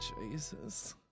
Jesus